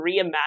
reimagine